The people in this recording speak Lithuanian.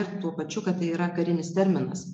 ir tuo pačiu kad tai yra karinis terminas